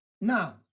Now